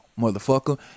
motherfucker